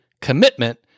commitment